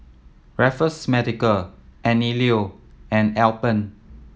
Raffles Medical Anello and Alpen